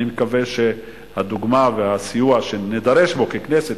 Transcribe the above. אני מקווה שהדוגמה והסיוע שנידרש בו ככנסת,